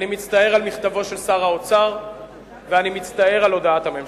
אני מצטער על מכתבו של שר האוצר ואני מצטער על הודעת הממשלה.